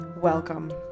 Welcome